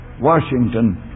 Washington